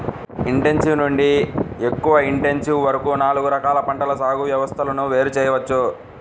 intensive నుండి ఎక్కువ intensive వరకు నాలుగు రకాల పంటల సాగు వ్యవస్థలను వేరు చేయవచ్చు